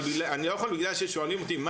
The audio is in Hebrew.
אני לא יכול בגלל ששואלים אותי מה